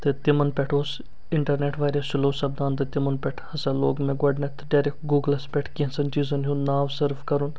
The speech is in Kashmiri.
تہٕ تِمَن پٮ۪ٹھ اوس اِنٹَرنیٚٹ واریاہ سٕلوٚو سپدان تہٕ تِمَن پٮ۪ٹھ ہسا لوگ مےٚ گۄڈٕنیٚتھ ڈاریٚکٹ گوگلَس پٮ۪ٹھ کیٚنٛژھَن چیٖزَن ہیٛونٛد ناو سٔرٕف کَرُن